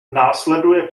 následuje